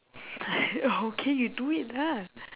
the heck oh okay you do it lah